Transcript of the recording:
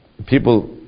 people